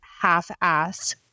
half-ass